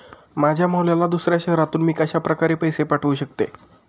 माझ्या मुलाला दुसऱ्या शहरातून मी कशाप्रकारे पैसे पाठवू शकते?